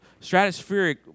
stratospheric